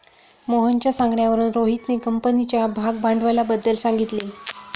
मोहनच्या सांगण्यावरून रोहितने कंपनीच्या भागभांडवलाबद्दल सांगितले